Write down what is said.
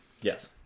yes